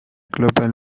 global